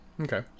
Okay